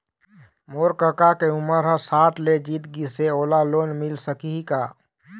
मोर कका के उमर ह साठ ले जीत गिस हे, ओला लोन मिल सकही का?